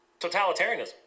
totalitarianism